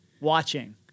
watching